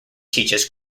teaches